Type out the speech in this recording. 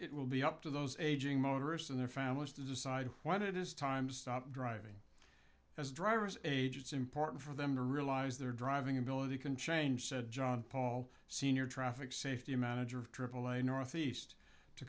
it will be up to those aging motorists and their families to decide whether it is time stop driving as drivers age it's important for them to realize their driving ability can change said john paul senior traffic safety manager of aaa northeast to